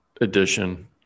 edition